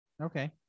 okay